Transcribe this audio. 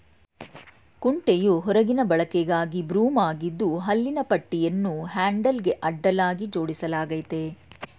ಕುಂಟೆಯು ಹೊರಗಿನ ಬಳಕೆಗಾಗಿ ಬ್ರೂಮ್ ಆಗಿದ್ದು ಹಲ್ಲಿನ ಪಟ್ಟಿಯನ್ನು ಹ್ಯಾಂಡಲ್ಗೆ ಅಡ್ಡಲಾಗಿ ಜೋಡಿಸಲಾಗಯ್ತೆ